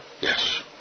Yes